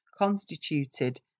constituted